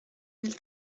mille